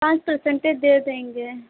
पाँच परसेंटे दे देंगे